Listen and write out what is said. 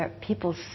People